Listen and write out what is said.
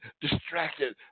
distracted